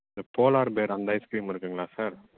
இந்தப் போலார்பேர் அந்த ஐஸ்கிரீம் இருக்குதுங்களா சார்